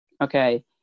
okay